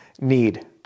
Need